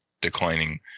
declining